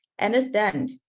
understand